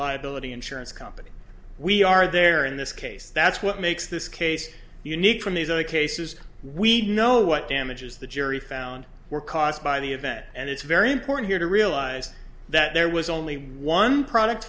liability insurance company we are there in this case that's what makes this case you need from these other cases we know what damages the jury found were caused by the event and it's very important here to realize that there was only one product